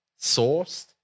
sourced